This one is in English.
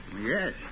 Yes